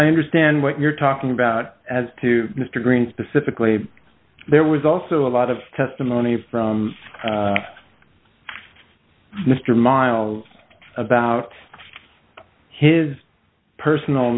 i understand what you're talking about as to mr green specifically there was also a lot of testimony from mr miles about his personal